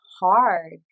hard